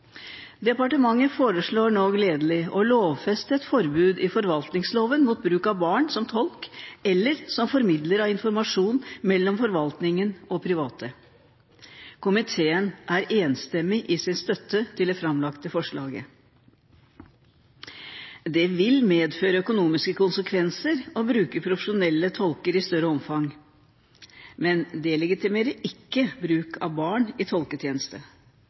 Departementet foreslår nå – gledelig – å lovfeste et forbud i forvaltningsloven mot bruk av barn som tolk eller som formidler av informasjon mellom forvaltningen og private. Komiteen er enstemmig i sin støtte til det framlagte forslaget. Det vil medføre økonomiske konsekvenser å bruke profesjonelle tolker i større omfang, men det legitimerer ikke bruk av barn i